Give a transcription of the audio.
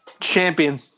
Champion